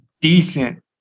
decent